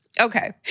Okay